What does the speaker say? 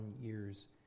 years